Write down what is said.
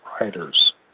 writers